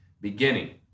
beginning